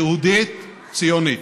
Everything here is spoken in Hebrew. יהודית ציונית.